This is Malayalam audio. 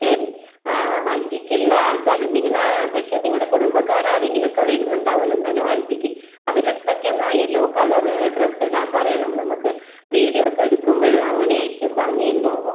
ശരി ഹൽദിക്ക് ഉള്ള ആൾക്കാർ നിങ്ങൾ പക്ഷെ നിങ്ങളുടെ കുടുംബക്കാർ ആരെങ്കിലും ഒക്കെ വരുന്നുണ്ടാകുമല്ലോ എന്തായാലും ഹൽദിക്ക് അവരെ അടുത്ത് ഒക്കെ എന്നാൽ യെലോ കളറ് ഡ്രസ്സ് ഇടാൻ പറയണം നമ്മൾക്ക് വീഡിയോ ഒക്കെ എടുക്കുമ്പോൾ അങ്ങനെ ആയിരിക്കും ഭംഗി ഉണ്ടാവുക